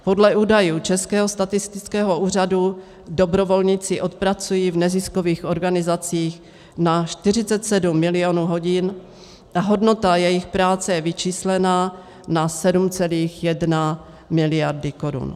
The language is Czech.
Podle údajů Českého statistického úřadu dobrovolníci odpracují v neziskových organizacích na 47 milionů hodin a hodnota jejich práce je vyčíslena na 7,1 miliardy korun.